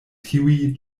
tiuj